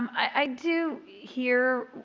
i do hear